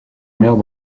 mère